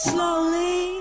Slowly